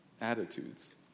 attitudes